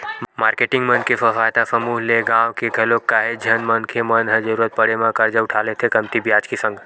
marketing मन के स्व सहायता समूह ले गाँव के घलोक काहेच झन मनखे मन ह जरुरत पड़े म करजा उठा लेथे कमती बियाज के संग